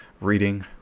reading